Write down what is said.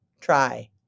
Try